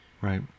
Right